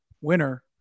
winner